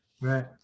Right